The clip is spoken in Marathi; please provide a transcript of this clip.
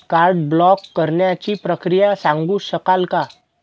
कार्ड ब्लॉक करण्याची प्रक्रिया सांगू शकाल काय?